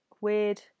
weird